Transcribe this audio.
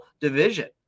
division